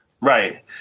Right